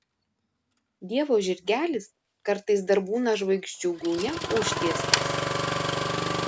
dievo žirgelis kartais dar būna žvaigždžių gūnia užtiestas